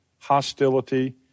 hostility